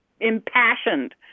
impassioned